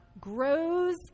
grows